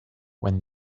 when